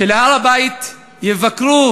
שבהר-הבית יבקרו